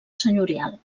senyorial